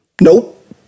nope